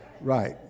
Right